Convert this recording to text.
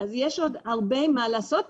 אז יש עוד הרבה מה לעשות ושנית,